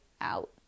Out